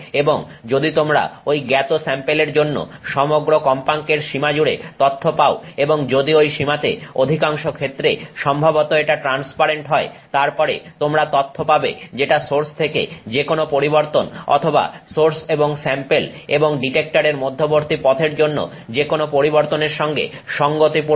এবং যদি তোমরা ঐ জ্ঞাত স্যাম্পেলের জন্য সমগ্র কম্পাঙ্কের সীমা জুড়ে তথ্য পাও এবং যদি ঐ সীমাতে অধিকাংশ ক্ষেত্রে সম্ভবত এটা হয় ট্রান্সপারেন্ট তারপরে তোমরা তথ্য পাবে যেটা সোর্স থেকে যেকোনো পরিবর্তন অথবা সোর্স এবং স্যাম্পেল এবং ডিটেক্টরের মধ্যবর্তী পথের জন্য যেকোনো পরিবর্তনের সঙ্গে সঙ্গতিপূর্ণ